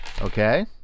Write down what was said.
Okay